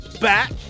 back